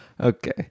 Okay